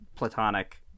platonic